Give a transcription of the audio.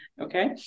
okay